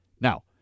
Now